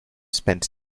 spent